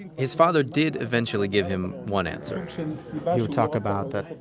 and his father did eventually give him one answer he would talk about that,